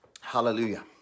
Hallelujah